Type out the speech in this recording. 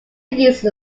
used